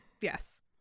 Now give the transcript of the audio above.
Yes